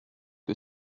que